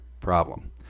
problem